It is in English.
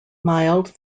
mild